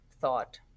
thought